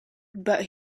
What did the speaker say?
but